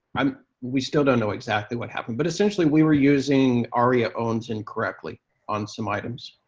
um we still don't know exactly what happened. but essentially, we were using aria-owns incorrectly on some items.